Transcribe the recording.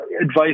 advice